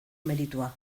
meritua